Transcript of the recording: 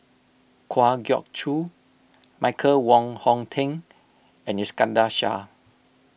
Kwa Geok Choo Michael Wong Hong Teng and Iskandar Shah